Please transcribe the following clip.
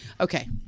Okay